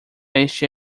este